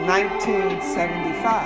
1975